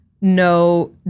no